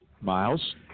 Miles